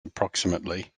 approximately